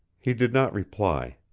he did not reply.